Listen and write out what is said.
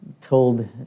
told